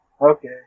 Okay